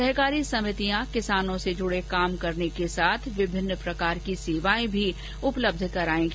सहकारी समितियां किसानों से जुड़े काम करने के साथ विभिन्न प्रकार की सेवायें उपलब्ध करवायेगी